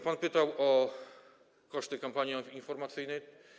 Pan pytał o koszty kampanii informacyjnej.